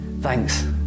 Thanks